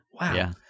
Wow